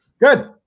Good